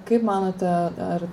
kaip manote ar